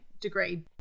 degree